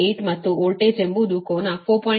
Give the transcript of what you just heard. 8 ಮತ್ತು ವೋಲ್ಟೇಜ್ ಎಂಬುದು ಕೋನ 4